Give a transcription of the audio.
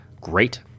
great